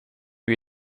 wie